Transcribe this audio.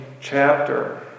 chapter